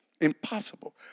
Impossible